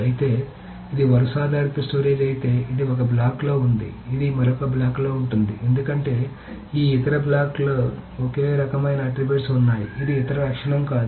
అయితే ఇది వరుస ఆధారిత స్టోరేజ్ అయితే ఇది ఒక బ్లాక్లో ఉంది ఇది మరొక బ్లాక్లో ఉంటుంది ఎందుకంటే ఈ ఇతర బ్లాక్లో ఒకే రకమైన ఆట్రిబ్యూట్స్ ఉన్నాయి ఇది ఇతర లక్షణం కాదు